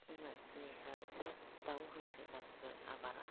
जों मानसिनि सायावसो दाउ हांसो गासिबो आबारा